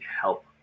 help